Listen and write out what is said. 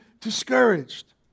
discouraged